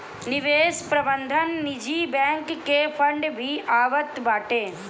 निवेश प्रबंधन निजी बैंक के फंड भी आवत बाटे